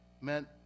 meant